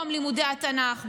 לא במקום לימודי התנ"ך,